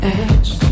edge